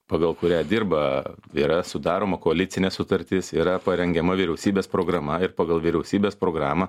pagal kurią dirba yra sudaroma koalicinė sutartis yra parengiama vyriausybės programa ir pagal vyriausybės programą